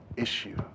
issue